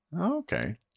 Okay